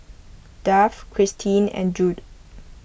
Duff Christine and Jude